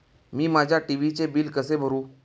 मी माझ्या टी.व्ही चे बिल कसे भरू?